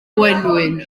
gwenyn